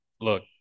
look